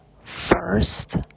first